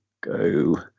go